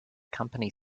company